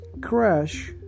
crash